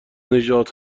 نژاد